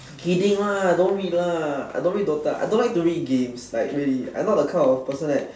kidding lah don't read lah I don't read DOTA I don't like to read games like really I'm not the kind of person like